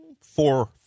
four